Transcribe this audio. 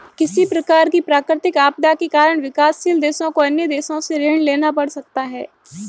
किसी प्रकार की प्राकृतिक आपदा के कारण विकासशील देशों को अन्य देशों से ऋण लेना पड़ सकता है